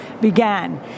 began